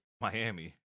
Miami